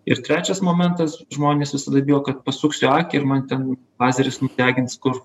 ir trečias momentas žmonės visada bijo kad pasuksiu akį ir man ten lazeris nudegins kur